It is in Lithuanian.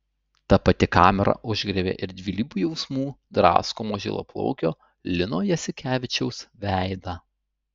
ta pati kamera užgriebė ir dvilypių jausmų draskomo žilaplaukio lino jasikevičiaus veidą